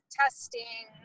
testing